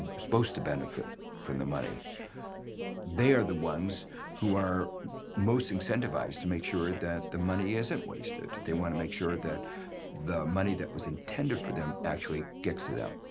supposed to benefit from the money they are the ones who are most incentivized to make sure that the money isn't wasted, they want to make sure that the money that was intended for them actually gets to them.